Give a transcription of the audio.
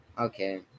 Okay